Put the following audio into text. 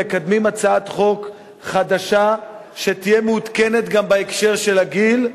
מקדמים הצעת חוק חדשה שתהיה מעודכנת גם בהקשר של הגיל,